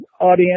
audience